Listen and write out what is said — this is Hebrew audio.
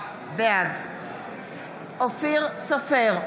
בעד אופיר סופר,